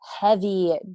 heavy